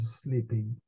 sleeping